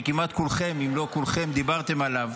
שכמעט כולכם אם לא כולכם דיברתם עליו,